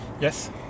Yes